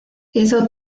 hizo